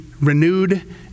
renewed